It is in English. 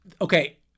Okay